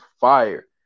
fire